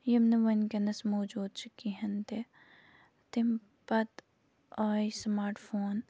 یِم نہٕ وٕنۍکٮ۪نَس موجوٗد چھِ کِہیٖنۍ تہِ تَمہِ پَتہٕ آے سٕماٹ فون